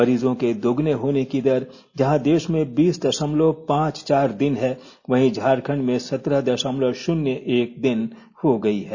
मरीजों के दोगुने होने की दर जहां देश में बीस दशमलव पांच चार दिन है वहीं झारखंड में सत्रह दशमलव शून्य एक दिन हो गयी है